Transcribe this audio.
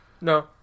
No